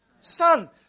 son